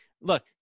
look